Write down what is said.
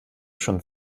schon